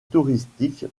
touristique